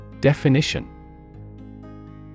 Definition